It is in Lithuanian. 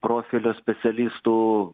profilio specialistų